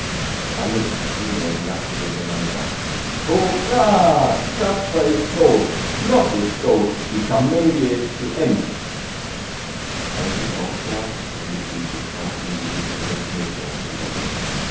alles schrie und lachte durcheinander hurra kasper is dod lott is dod die kamedie ist zu end als ich aufsah erblickte ich die schwarzen gesichter der schmidt jungen über mir